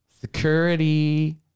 security